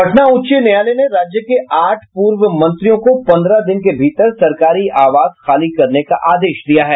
पटना उच्च न्यायालय ने राज्य के आठ पूर्व मंत्रियों को पन्द्रह दिन के भीतर सरकारी आवास खाली करने का आदेश दिया है